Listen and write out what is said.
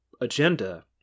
agenda